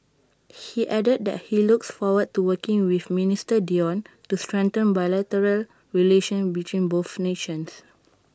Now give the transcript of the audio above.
he added that he looks forward to working with minister Dione to strengthen bilateral relations between both nations